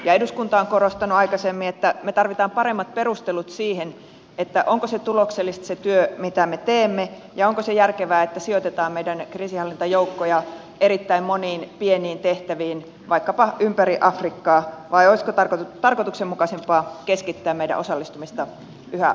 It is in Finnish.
ja eduskunta on korostanut aikaisemmin että me tarvitsemme paremmat perustelut siihen onko se työ tuloksellista mitä me teemme ja onko se järkevää että sijoitetaan meidän kriisinhallintajoukkoja erittäin moniin pieniin tehtäviin vaikkapa ympäri afrikkaa vai olisiko tarkoituksenmukaisempaa keskittää meidän osallistumistamme yhä harvempiin maihin